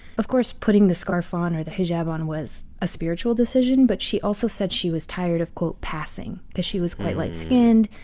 of course putting the scarf on or the hijab on was a spiritual decision, but she also said she was tired of quote, passing, because she was quite light-skinned,